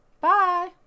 Bye